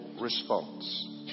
response